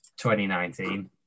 2019